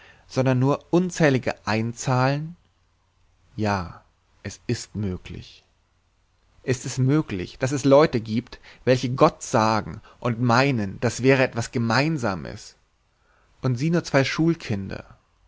sondern nur unzählige einzahlen ja es ist möglich ist es möglich daß es leute giebt welche gott sagen und meinen das wäre etwas gemeinsames und sieh nur zwei schulkinder